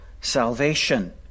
salvation